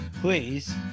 please